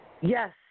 Yes